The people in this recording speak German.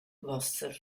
wasser